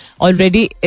already